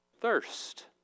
Thirst